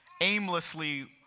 aimlessly